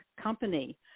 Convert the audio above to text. company